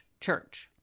church